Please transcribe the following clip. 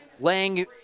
laying